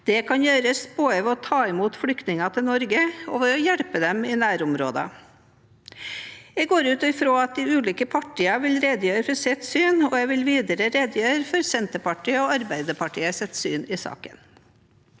Det kan gjøres både ved å ta imot flyktninger til Norge og ved å hjelpe dem i nærområdene. Jeg går ut fra at de ulike partiene vil redegjøre for sitt syn, og jeg vil videre redegjøre for Senterpartiet og Arbeiderpartiets syn i saken.